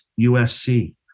USC